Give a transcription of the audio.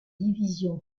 division